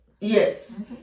Yes